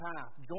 path